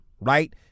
right